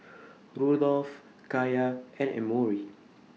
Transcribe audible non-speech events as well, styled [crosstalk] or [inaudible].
[noise] Rudolph Kaiya and Emory